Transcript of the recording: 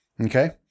Okay